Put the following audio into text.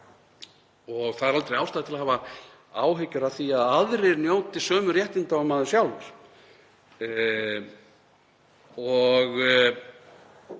sig. Það er aldrei ástæða til þess að hafa áhyggjur af því að aðrir njóti sömu réttinda og maður sjálfur og